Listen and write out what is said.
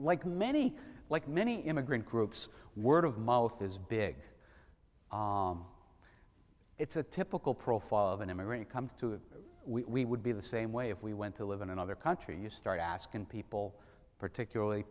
like many like many immigrant groups word of mouth is big it's a typical profile of an immigrant come to we would be the same way if we went to live in another country you start asking people particularly